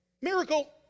Miracle